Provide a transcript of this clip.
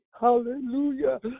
Hallelujah